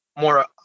more